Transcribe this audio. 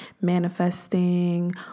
manifesting